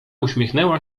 uśmiechnęła